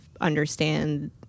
understand